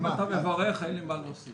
אם אתה מברך אין לי מה להוסיף.